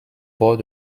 bord